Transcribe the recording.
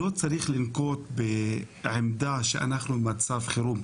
לא צריך לנקוט בעמדה שאנחנו במצב חירום,